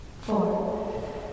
Four